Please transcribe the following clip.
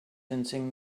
sensing